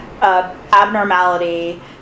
abnormality